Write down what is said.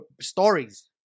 stories